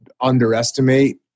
underestimate